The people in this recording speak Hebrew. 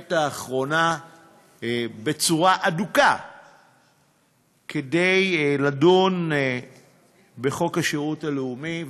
בעת האחרונה באדיקות כדי לדון בחוק השירות הלאומי.